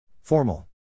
Formal